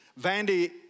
Vandy